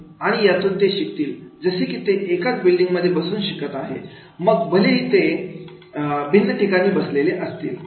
आणि यातून ते शिकतील जसे की ते एकाच बिल्डिंगमध्ये बसून शिकत आहेत मग भलेही ते ठिकाणी बसलेले असतील